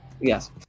yes